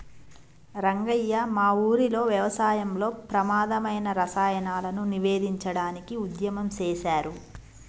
రంగయ్య మా ఊరిలో వ్యవసాయంలో ప్రమాధమైన రసాయనాలను నివేదించడానికి ఉద్యమం సేసారు